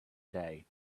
day